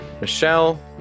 Michelle